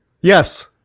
yes